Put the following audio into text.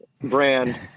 brand